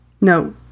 No